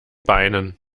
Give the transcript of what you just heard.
beinen